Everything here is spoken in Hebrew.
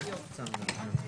הישיבה ננעלה בשעה 10:40.